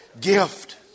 gift